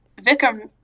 Vikram